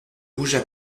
bougea